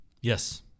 Yes